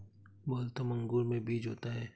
Waltham अंगूर में बीज होता है